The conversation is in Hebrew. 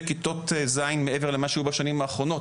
כיתות ז' מעבר למה שהיו בשנים האחרונות,